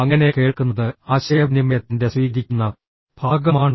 അങ്ങനെ കേൾക്കുന്നത് ആശയവിനിമയത്തിന്റെ സ്വീകരിക്കുന്ന ഭാഗമാണ്